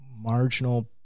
marginal